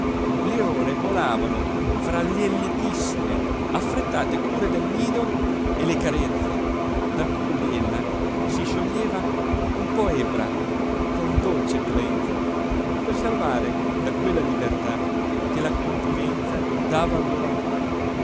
le ore volavano fra le lietissime affrettate cure del nido e le carezze da cui ella si scioglieva un po ebbra con dolce violenza per salvare da quella libertà che la convivenza dava al loro amore